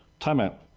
time out.